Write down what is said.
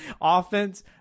Offense